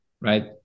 right